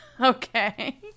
Okay